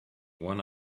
one